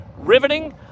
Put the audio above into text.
riveting